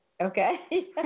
Okay